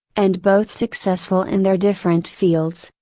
and both successful in their different fields,